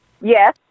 Yes